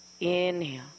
inhale